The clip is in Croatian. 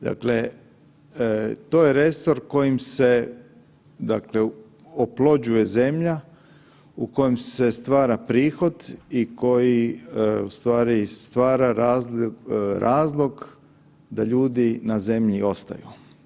Dakle, to je resor kojim se oplođuje zemlja, u kojem se stvara prihod i koji ustvari stvara razlog da ljudi na zemlji ostaju.